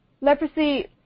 leprosy